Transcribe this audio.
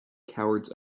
cowards